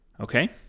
Okay